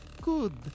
good